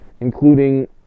Including